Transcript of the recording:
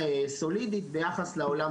את ישיבת הוועדה